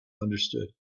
understood